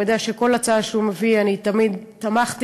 הוא יודע שבכל הצעה שהוא מביא אני תמיד תמכתי.